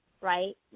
right